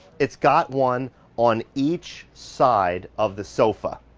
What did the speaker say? it's got one on each side of the sofa.